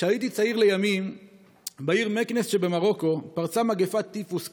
כשהייתי צעיר לימים בעיר מקנס שבמרוקו פרצה מגפת טיפוס קשה,